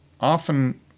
often